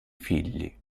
figli